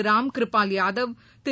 Ramkripal Yadav Thiru